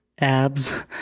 abs